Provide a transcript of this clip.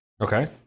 Okay